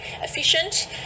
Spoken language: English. efficient